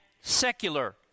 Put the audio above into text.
secular